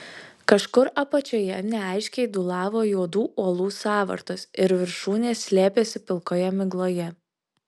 kažkur apačioje neaiškiai dūlavo juodų uolų sąvartos ir viršūnės slėpėsi pilkoje migloje